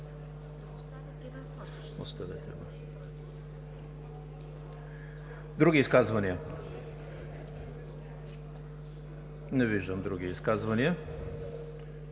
Други изказвания? Не виждам други изказвания.